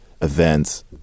events